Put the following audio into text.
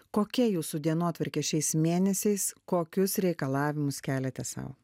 kokia jūsų dienotvarkė šiais mėnesiais kokius reikalavimus keliate sau